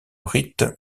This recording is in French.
rite